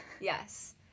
Yes